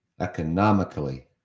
economically